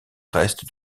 reste